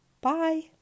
Bye